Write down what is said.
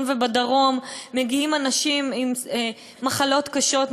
ובדרום מגיעים אנשים עם מחלות קשות,